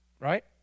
right